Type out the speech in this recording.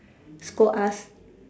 scold us